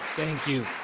thank you.